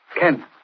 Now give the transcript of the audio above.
Ken